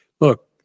Look